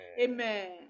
Amen